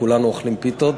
כולנו אוכלים פיתות.